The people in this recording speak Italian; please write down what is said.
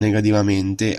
negativamente